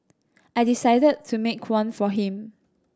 I decided to make one for him